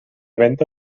venta